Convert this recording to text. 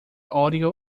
audio